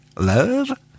love